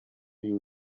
you